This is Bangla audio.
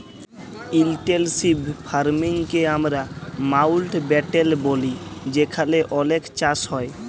ইলটেল্সিভ ফার্মিং কে আমরা মাউল্টব্যাটেল ব্যলি যেখালে অলেক চাষ হ্যয়